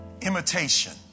imitation